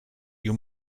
you